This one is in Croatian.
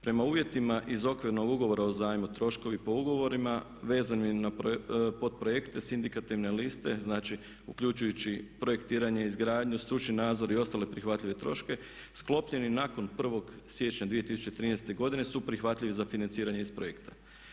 Prema uvjetima iz Okvirnog ugovora o zajmu troškovi po ugovorima vezani na podprojekte s indikativne liste, znači uključujući projektiranje, izgradnju, stručni nadzor i ostale prihvatljive troškove sklopljeni nakon 1. siječnja 2013. godine su prihvatljivi za financiranje iz projekta.